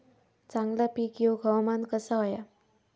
चांगला पीक येऊक हवामान कसा होया?